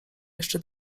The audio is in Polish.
jeszcze